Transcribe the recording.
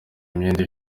imyenda